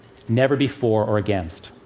never be for or against.